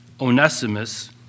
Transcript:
Onesimus